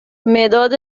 مداد